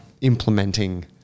implementing